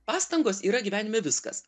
pastangos yra gyvenime viskas